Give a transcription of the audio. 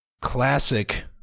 Classic